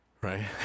right